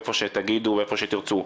איפה שתגידו ואיפה שתרצו,